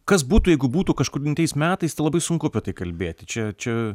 kas būtų jeigu būtų kažkur tais metais tai labai sunku apie tai kalbėti čia čia